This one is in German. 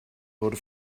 wurde